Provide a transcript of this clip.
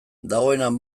dagoenean